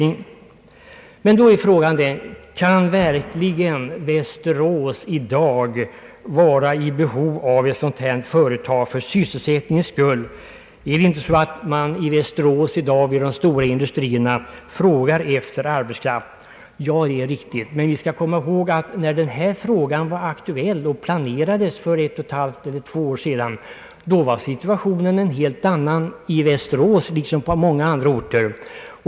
Men då uppkommer frågan om Västerås i dag verkligen kan vara i behov av ett sådant här företag för sysselsättningens skull. Är det inte så att de stora industrierna i Västerås i dag frågar efter arbetskraft? Det är riktigt, men vi skall komma ihåg att när denna fråga var aktuell och SMT planerades för ett och ett halvt å två år sedan var situationen en helt annan i Västerås liksom på många andra orter.